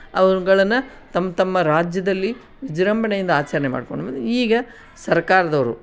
ಅವುಗಳನ್ನು ತಮ್ಮ ತಮ್ಮ ರಾಜ್ಯದಲ್ಲಿ ವಿಜೃಂಭಣೆಯಿಂದ ಆಚರಣೆ ಮಾಡ್ಕೊಂಡ್ಬಂದು ಈಗ ಸರ್ಕಾರದವ್ರು